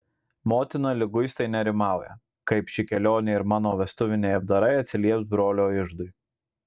motina liguistai nerimauja kaip ši kelionė ir mano vestuviniai apdarai atsilieps brolio iždui